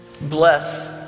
Bless